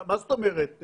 מה זאת אומרת?